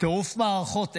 טירוף מערכות,